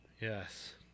Yes